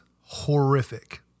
horrific